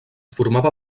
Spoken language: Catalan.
formava